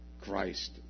Christ